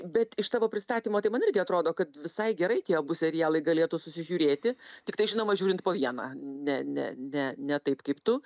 bet iš tavo pristatymo tai man irgi atrodo kad visai gerai tie abu serialai galėtų susižiūrėti tiktai žinoma žiūrint po vieną ne ne ne ne taip kaip tu